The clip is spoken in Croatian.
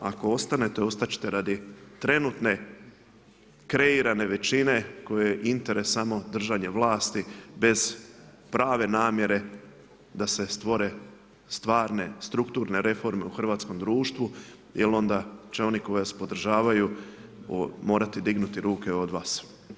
A ako ostanete, ostat ćete radi trenutne kreirane većine kojoj je interes samo držanje vlasti bez prave namjere da se stvore stvarne strukturne reforme u hrvatskom društvu jel onda će oni koji vas podržavaju morati dignuti ruke od vas.